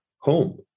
home